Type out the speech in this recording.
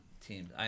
teams